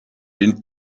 den